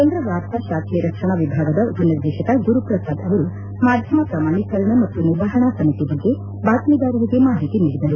ಕೇಂದ್ರ ವಾರ್ತಾ ಶಾಖೆ ರಕ್ಷಣಾ ವಿಭಾಗದ ಉಪನಿರ್ದೇಶಕ ಗುರುಪ್ರಸಾದ್ ಅವರು ಮಾಧ್ಯಮ ಪ್ರಮಾಣೀಕರಣ ಮತ್ತು ನಿರ್ವಹಣಾ ಸಮಿತಿ ಬಗ್ಗೆ ಬಾತ್ತೀದಾರರಿಗೆ ಮಾಹಿತಿ ನೀಡಿದರು